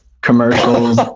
Commercials